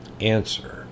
Answer